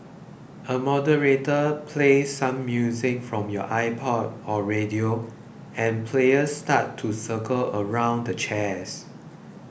a moderator plays some music from your iPod or radio and players start to circle around the chairs